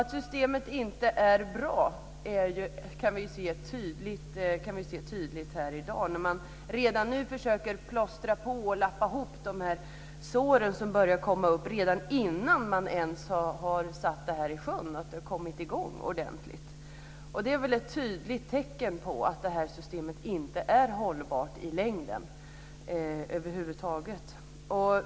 Att systemet inte är bra kan vi se tydligt här i dag, när man redan nu försöker plåstra på och lappa ihop de sår som börjar komma upp, redan innan man ens har satt det här i sjön och kommit i gång ordentligt. Det är väl ett tydligt tecken på att systemet inte är hållbart i längden över huvud taget.